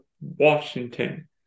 Washington